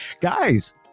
guys